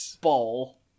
ball